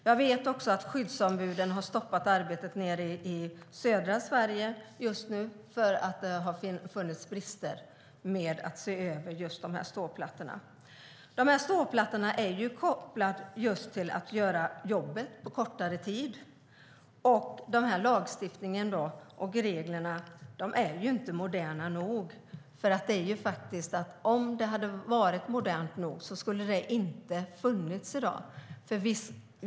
Jag vet att skyddsombuden just nu har stoppat arbetet i södra Sverige för att det funnits brister med översynen av ståplattorna. Ståplattorna är kopplade till att jobbet ska göras på kortare tid, och lagstiftningen och reglerna är inte moderna nog. Om de hade varit moderna nog skulle de inte ha funnits i dag.